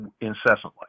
incessantly